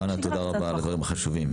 חנה, תודה רבה על הדברים החשובים.